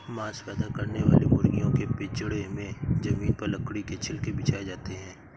मांस पैदा करने वाली मुर्गियों के पिजड़े में जमीन पर लकड़ी के छिलके बिछाए जाते है